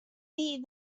dir